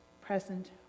present